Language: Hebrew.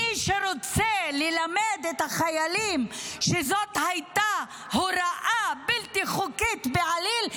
מי שרוצה ללמד את החיילים שזו הייתה הוראה בלתי חוקית בעליל,